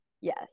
Yes